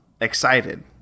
excited